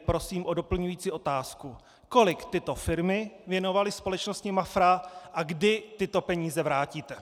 Prosím tedy o doplňující otázku: Kolik tyto firmy věnovaly společnosti MAFRA a kdy tyto peníze vrátíte?